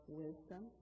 wisdom